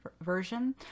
version